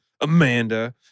Amanda